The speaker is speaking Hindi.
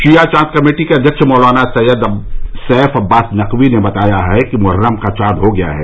शिया चाँद कमेटी के अध्यक्ष मौलाना सैय्यद सैफ अब्बास नकवी ने बताया कि मुहर्रम का चाँद हो गया है